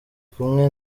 kumwe